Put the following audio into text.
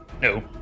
No